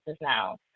now